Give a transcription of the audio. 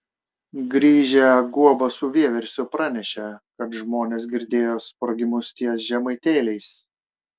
grįžę guoba su vieversiu pranešė kad žmonės girdėjo sprogimus ties žemaitėliais